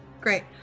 Great